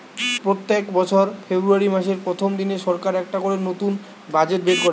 পোত্তেক বছর ফেব্রুয়ারী মাসের প্রথম দিনে সরকার একটা করে নতুন বাজেট বের কোরে